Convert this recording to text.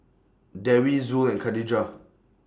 Dewi Zul and Khadija